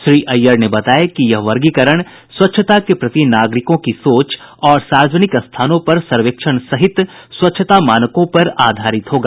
श्री अय्यर ने बताया कि यह वर्गीकरण स्वच्छता के प्रति नागरिकों की सोच और सार्वजनिक स्थानों पर सर्वेक्षण सहित स्वच्छता मानकों पर आधारित होगा